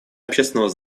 общественного